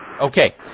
Okay